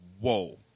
whoa